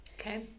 Okay